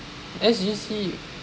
S_G_C